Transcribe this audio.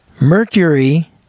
Mercury